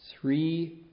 three